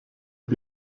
mit